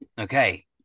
Okay